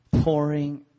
Pouring